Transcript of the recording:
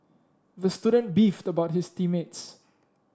the student beefed about his team mates